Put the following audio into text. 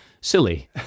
silly